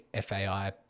FAI